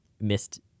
missed